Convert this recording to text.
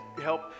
help